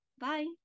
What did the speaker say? Bye